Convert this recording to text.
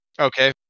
Okay